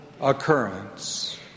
occurrence